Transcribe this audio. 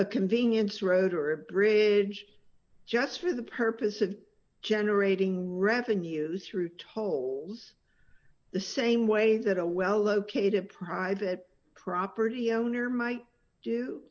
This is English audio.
a convenience road or a bridge just for the purpose of generating revenues through tolls the same way that a well located private property owner might do